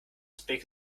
speak